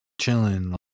chilling